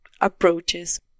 approaches